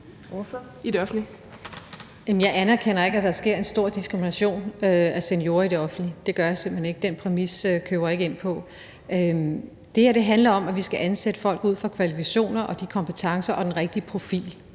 Jeg anerkender ikke, at der sker en stor diskrimination af seniorer i det offentlige. Det gør jeg simpelt hen ikke. Den præmis køber jeg ikke. Det her handler om, at vi skal ansætte folk ud fra deres kvalifikationer, de rigtige kompetencer og den rigtige profil.